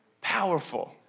powerful